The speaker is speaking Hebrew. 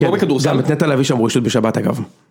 כמו בכדורסל, גם את נטע אמרו שמרו בשבת, אגב.